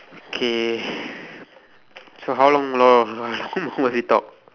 okay so how long more must we talk